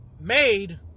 made